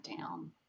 down